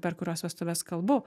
per kurios vestuves kalbu